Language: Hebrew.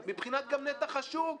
גם מבחינת נתח השוק.